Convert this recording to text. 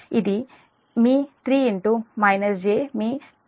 252 okay